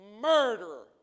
murderer